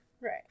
Right